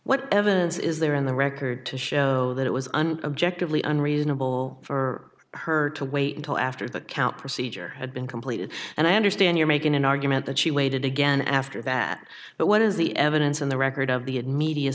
what evidence is there in the record to show that it was an objectively unreasonable for her to wait until after the count procedure had been completed and i understand you're making an argument that she waited again after that but what is the evidence in the record